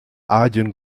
hagien